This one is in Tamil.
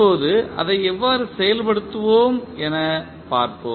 இப்போது அதை எவ்வாறு செயல்படுத்துவோம் என்று பார்ப்போம்